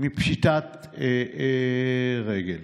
פשיטת רגל